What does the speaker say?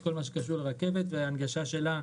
לשיפור ההנגשה של הרכבת.